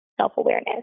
self-awareness